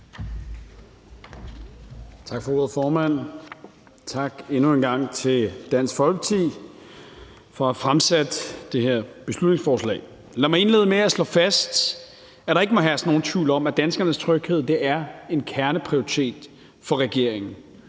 Tak for ordet, formand. Tak endnu en gang til Dansk Folkeparti for at have fremsat det her beslutningsforslag. Lad mig indlede med at slå fast, at der ikke må herske nogen tvivl om, at danskernes tryghed er en kerneprioritet for regeringen.